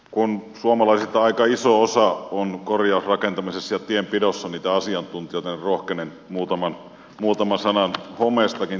kun suomalaisista aika iso osa on korjausrakentamisessa ja tienpidossa niitä asiantuntijoita niin rohkenen muutaman sanan homeestakin tässä sanoa